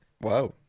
Wow